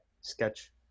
sketch